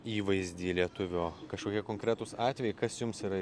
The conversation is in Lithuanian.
įvaizdį lietuvio kažkokie konkretūs atvejai kas jums yra